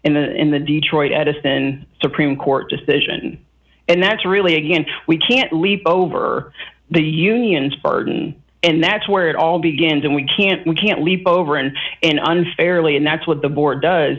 and the detroit edison supreme court decision and that's really again we can't leap over the union's pardon and that's where it all begins and we can't we can't leap over and and unfairly and that's what the board does